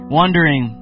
wondering